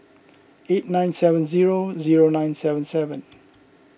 eight nine seven zero zero nine seven seven